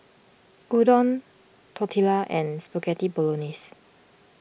Udon Tortillas and Spaghetti Bolognese